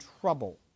trouble